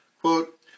quote